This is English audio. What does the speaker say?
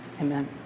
amen